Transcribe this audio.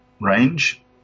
range